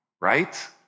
right